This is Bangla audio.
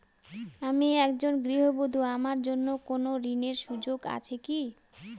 আমি একজন গৃহবধূ আমার জন্য কোন ঋণের সুযোগ আছে কি?